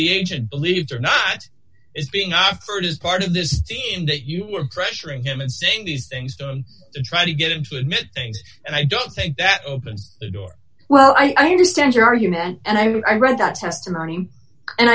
the agent believes or not is being offered as part of this team that you were pressuring him and saying these things don't try to get him to admit things and i don't think that opens the door well i understand your argument and i read that testimony and